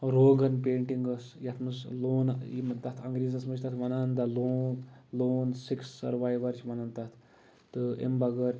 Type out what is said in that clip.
روگن painting ٲسۍ یَتھ منٛز لون یہِ تَتھ اَنگریٖزِس منٛز چھِ تَتھ وَنان the lone lone six survivor چھِ وَنان تَتھ تہٕ اَمہِ بغٲر